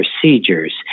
procedures